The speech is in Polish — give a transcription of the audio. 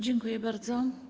Dziękuję bardzo.